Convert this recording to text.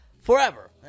Forever